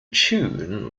tune